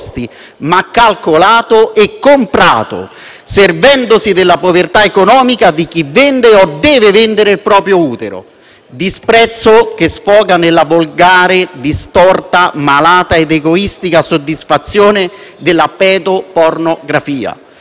servendosi della povertà economica di chi vende o deve vendere il proprio utero; disprezzo che sfoga nella volgare, distorta, malata ed egoistica soddisfazione della pedopornografia *(Applausi